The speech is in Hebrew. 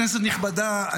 כנסת נכבדה,